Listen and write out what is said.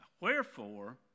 Wherefore